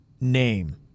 name